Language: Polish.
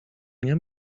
nie